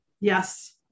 Yes